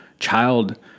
child